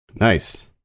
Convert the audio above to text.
nice